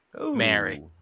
Mary